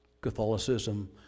Catholicism